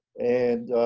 and